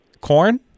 Corn